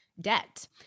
debt